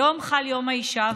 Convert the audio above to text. היום חל יום האישה,